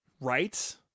right